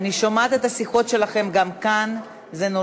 עוברת לוועדת הפנים והגנת הסביבה להכנה לקריאה ראשונה.